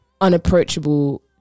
unapproachable